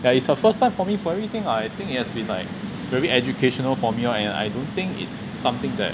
there is a first time for me for everything ah I think it has been like very educational for me lor and I don't think it's something that